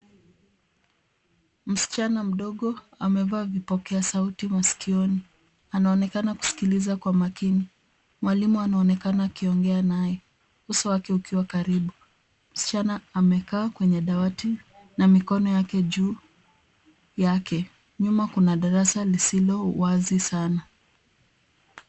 Msichana mdogo amevaa vipokea sauti masikioni. Anaonekana kusikiliza kwa makini. Mwalimu anaonekana akiongea naye. Uso wake ukiwa karibu. Msichana amekaa kwenye dawati, na mikono yake juu yake. Nyuma kuna darasa lisilowazi sana.